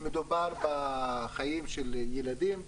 מדובר בחיים של ילדים,